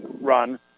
run